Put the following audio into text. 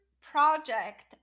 project